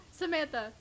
Samantha